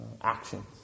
actions